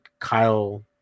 Kyle